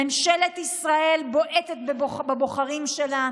ממשלת ישראל בועטת בבוחרים שלה,